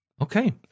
Okay